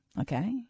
Okay